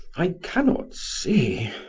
i cannot see.